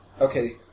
Okay